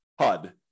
HUD